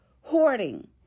hoarding